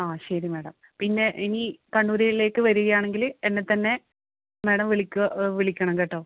ആ ശരി മേഡം പിന്നെ ഇനി കണ്ണൂരിലേക്ക് വരികയാണെങ്കില് എന്നെ തന്നെ മേഡം വിളിക്കു വ് വിളിക്കണം കേട്ടോ